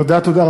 תודה.